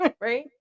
right